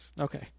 okay